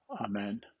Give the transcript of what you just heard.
Amen